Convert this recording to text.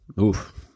Oof